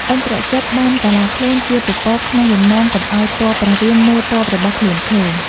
ឥន្ទ្រជិត បានកាឡាខ្លួនជាពពកក្នុងបំណងកុំឱ្យទ័ពព្រះរាមមើលទ័ពរបស់ខ្លួនឃើញ។